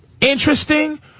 interesting